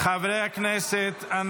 חברת הכנסת רייטן מרום.